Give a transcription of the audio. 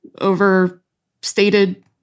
overstated